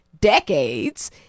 decades